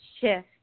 shift